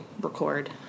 record